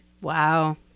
Wow